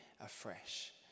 afresh